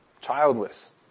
childless